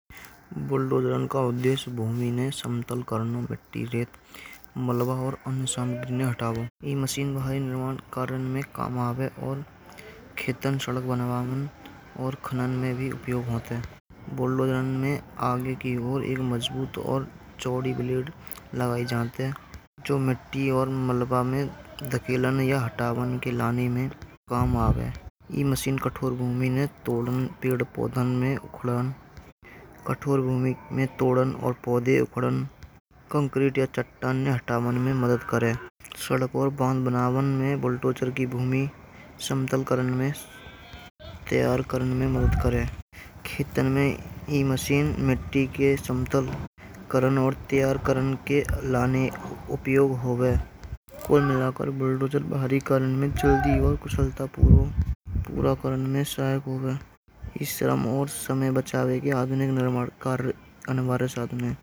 उनका उद्देश्य भूमि को समतल करने में बुलडोजर का उपयोग और रेत को खानों से निकालने में होता है। बुलडोजर में आगे की और एक मजबूत चैन बना होता है। इस काम को कुशलता पूर्वक करने के लिए हम मशीन का उपयोग करते हैं जिसमें कम समय में अधिक से अधिक काम किया जा सकता है।